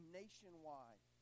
nationwide